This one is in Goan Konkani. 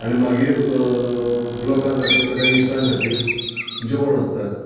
आनी मागीर लोकां खातीर सगळ्यां इश्टां खातीर जेवण आसता